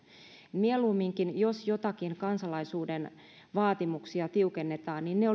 mieluumminkin jos joitakin kansalaisuuden vaatimuksia tiukennetaan ne